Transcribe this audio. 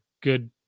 good